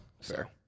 fair